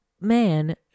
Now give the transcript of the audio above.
man